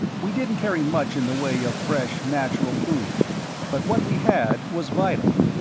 we didn't carry much in the way of fresh natural food but what we had was vital.